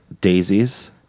daisies